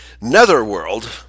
netherworld